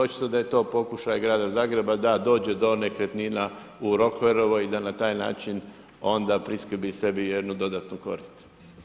Očito da je to pokušaj grada Zagreba da dođe do nekretnina u Rockfellerovoj i da na taj način onda priskrbi sebi jednu dodatnu korist.